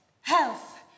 health